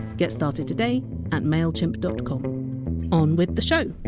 get started today at mailchimp dot com on with the show